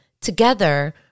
together